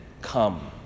Come